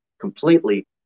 completely